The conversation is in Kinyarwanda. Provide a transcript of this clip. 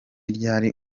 ryari